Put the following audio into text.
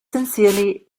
sincerely